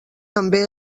també